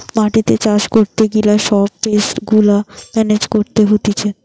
মাটিতে চাষ করতে গিলে সব পেস্ট গুলা মেনেজ করতে হতিছে